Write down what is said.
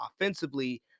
offensively